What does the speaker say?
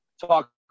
talk